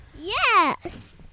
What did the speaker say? Yes